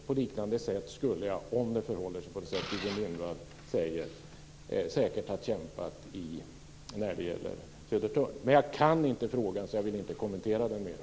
På liknande sätt skulle jag, om det förhåller sig på det sätt som Gudrun Lindvall säger, säkert ha kämpat när det gäller Södertörn. Men jag kan inte frågan, så jag vill inte kommentera den mera.